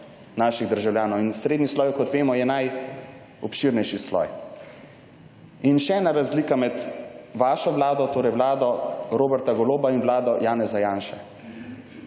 naših državljanov, in srednji sloj, kot vemo, je najobširnejši sloj. In še ena razlika med vašo vlado, torej vlado Roberta Goloba in vlado Janeza Janše.